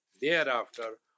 thereafter